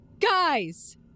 Guys